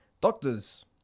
Doctors